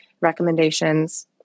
recommendations